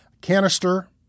canister